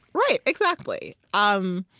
right exactly. um